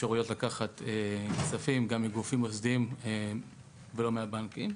האפשרות לקחת כספים גם מגופים מוסדיים ולא מהבנקים.